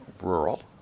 rural